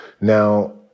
Now